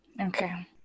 Okay